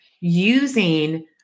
using